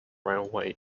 railway